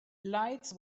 lights